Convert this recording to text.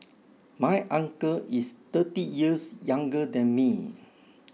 my uncle is thirty years younger than me